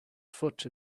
foot